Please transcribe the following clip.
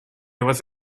was